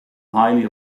highly